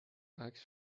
عکس